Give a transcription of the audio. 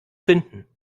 finden